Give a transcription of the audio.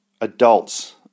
adults